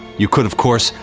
you could, of course,